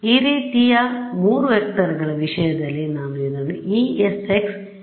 ಈ ರೀತಿಯ 3 ವೆಕ್ಟರ್ ಗಳವಿಷಯದಲ್ಲಿ ನಾನು ಇದನ್ನು Esx Esy Esz ಎಂದು ಬರೆಯಬಹುದು